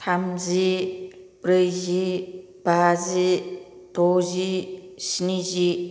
थामजि ब्रैजि बाजि द'जि स्निजि